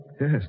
Yes